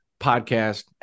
podcast